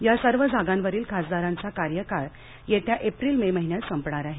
या सर्व जागांवरील खासदारांचा कार्यकाळ येत्या एप्रिल मे महिन्यात संपणार आहे